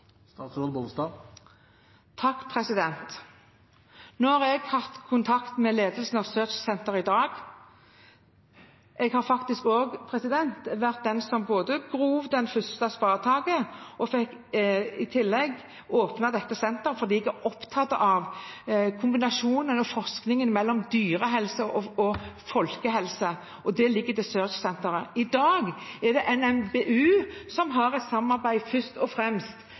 har hatt kontakt med ledelsen av SEARCH-senteret i dag. Jeg var faktisk den som både tok det første spadetaket og i tillegg fikk åpne dette senteret, fordi jeg er opptatt av kombinasjonen av forskning på dyrehelse og forskning på folkehelse. Det ligger til SEARCH-senteret. I dag er det først og fremst NMBU som har et samarbeid